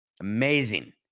Amazing